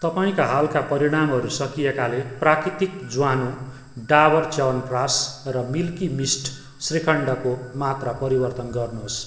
तपाईँका हालका परिणामहरू सकिएकाले प्राकृतिक ज्वानो डाबर च्यवनप्रास र मिल्की मिस्ट श्रीखण्डको मात्रा परिवर्तन गर्नुहोस्